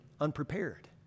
unprepared